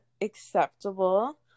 acceptable